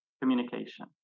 communication